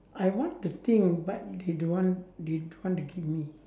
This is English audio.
I want the thing but they don't want they don't want to give me